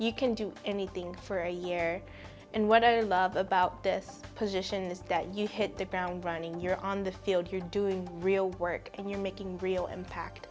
you can do anything for a year and what i love about this position is that you hit the ground running you're on the field you're doing real work and you're making real impact